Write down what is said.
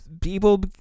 people